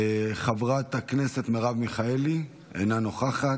חברת הכנסת מרב מיכאלי, אינה נוכחת,